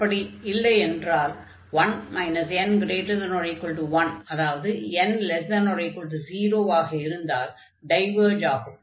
அப்படி இல்லையென்றால் 1 n≥1 அதாவது n≤0 ஆக இருந்தால் டைவர்ஜ் ஆகும்